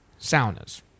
saunas